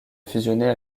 fusionner